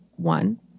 One